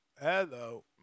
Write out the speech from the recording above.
Hello